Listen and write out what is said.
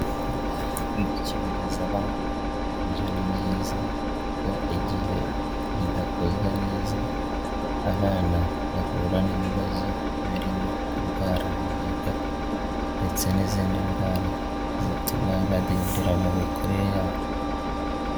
Gukingiza abana na byo ni byiza kuko igihe bidakozwe neza abana bahura n'ibibazo birimo kurwara mugiga ndetse n'izindi ndwara zituma badindira mu mikurire yabo.